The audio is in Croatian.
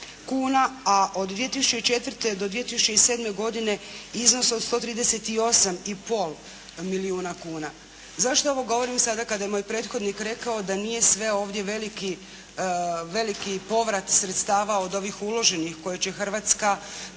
a od 2004. do 2007. godine iznos od 138 i pol milijuna kuna. Zašto ovo govorim sada kada je moj prethodnik rekao da nije sve ovdje veliki povrat sredstava od ovih uloženih koje će Hrvatska